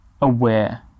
aware